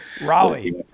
Raleigh